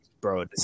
Bro